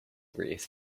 wreath